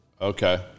Okay